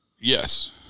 Yes